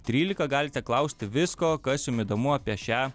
trylika galite klausti visko kas jums įdomu apie šią